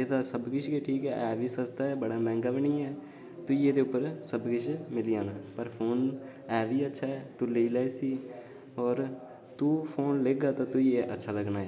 एह्दा सब किश ठीक ऐ सस्ता ऐ बड़ा मैंहगा बी नी ऐ ते तुगी एह्दे पर सब किश मिली आना पर फोन एह् बी अच्छा ऐ तू लेई लै इसी होर तू फोन लेगा ते तुगी अच्छा लगना ऐ पर